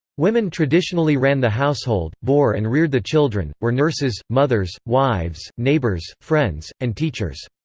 women traditionally ran the household, bore and reared the children, were nurses, mothers, wives, neighbours, friends, and teachers.